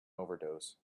overdose